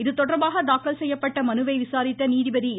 இதுதொடர்பாக தாக்கல் செய்யப்பட்ட மனுவை விசாரித்த நீதிபதி என்